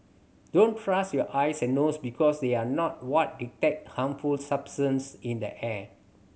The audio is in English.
don't trust your eyes and nose because they are not what detect harmful substance in the air